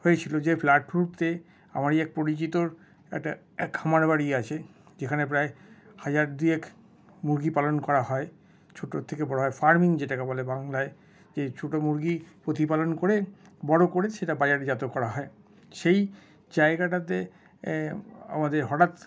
হয়েছিল যে বার্ডফ্লুতে আমারই এক পরিচিতর একটা খামার বাড়ি আছে যেখানে প্রায় হাজার দুয়েক মুরগি পালন করা হয় ছোট থেকে বড় হয় ফারমিং যেটাকে বলে বাংলায় যে ছোট মুরগি প্রতিপালন করে বড় করে সেটাকে বাজারজাত করা হয় সেই জায়গাটাতে আমাদের হঠাৎ